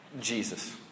Jesus